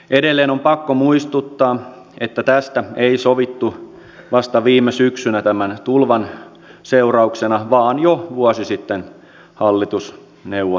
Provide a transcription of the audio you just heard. edelleen on pakko muistuttaa että tästä ei sovittu vasta viime syksynä tämän tulvan seurauksena vaan jo vuosi sitten hallitusneuvotteluissa